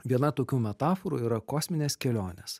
viena tokių metaforų yra kosminės kelionės